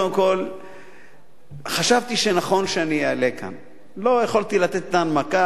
קודם כול חשבתי שנכון שאני אעלה ואסביר מעל